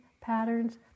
patterns